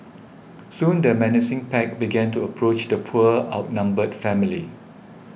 soon the menacing pack began to approach the poor outnumbered family